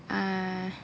ah